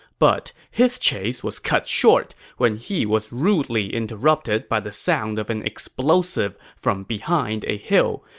but his chase was cut short when he was rudely interrupted by the sound of an explosive from behind a hill,